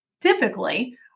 typically